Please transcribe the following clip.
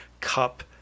Cup